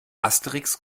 asterix